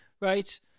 right